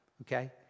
okay